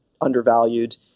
undervalued